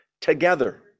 together